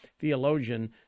theologian